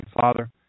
Father